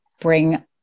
bring